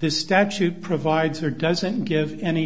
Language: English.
this statute provides or doesn't give any